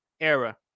era